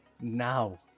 now